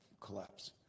collapse